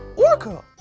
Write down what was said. orca!